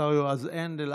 השר יועז הנדל.